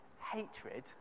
hatred